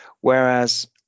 whereas